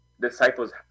disciples